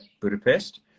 budapest